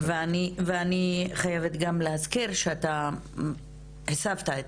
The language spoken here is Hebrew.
ואני חייבת גם להזכיר שאתה הסבת את